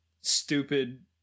stupid